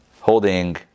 holding